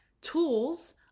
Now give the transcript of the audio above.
tools